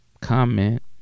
comment